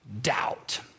doubt